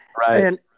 Right